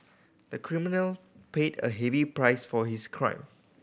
the criminal paid a heavy price for his crime